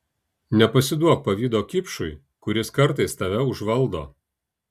nepasiduok pavydo kipšui kuris kartais tave užvaldo